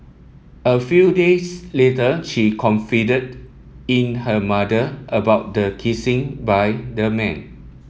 a few days later she confided in her mother about the kissing by the man